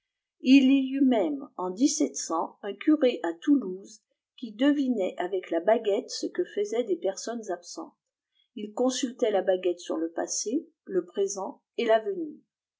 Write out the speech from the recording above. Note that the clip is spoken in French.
il y eut même en un curé à toulouse qui devinait avec la baguette ce que faisaient des personnes absentes il consultait la baguette sur le passé le présent et